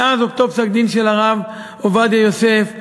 מאז אותו פסק-הדין של הרב עובדיה יוסף,